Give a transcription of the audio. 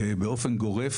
באופן גורף,